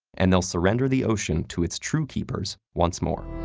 and they'll surrender the ocean to its true keepers once more.